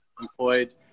employed